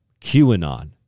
QAnon